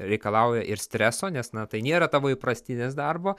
reikalauja ir streso nes na tai nėra tavo įprastinės darbo